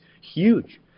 huge